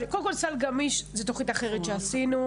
קודם כול, סל גמיש זה תוכנית אחרת שעשינו.